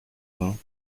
vingt